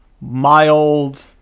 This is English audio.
mild